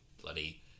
Bloody